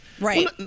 Right